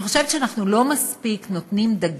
אני חושבת שאנחנו לא נותנים מספיק דגש